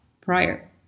prior